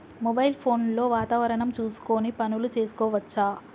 Mobile phone లో వాతావరణం చూసుకొని పనులు చేసుకోవచ్చా?